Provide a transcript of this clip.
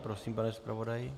Prosím, pane zpravodaji.